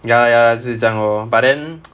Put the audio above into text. ya lah ya lah 就是这样 lor but then